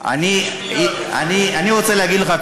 אני רוצה להגיד לך,